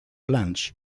blanche